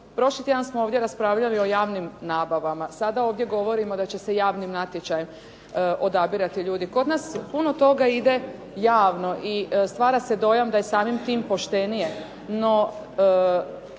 Prošli tjedan smo ovdje raspravljali o javnim nabavama, sada ovdje govorimo da će se javnim natječajem odabirati ljudi. Kod nas puno toga ide javno, i stvara se dojam da je samim time poštenije.